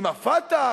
עם ה"פתח",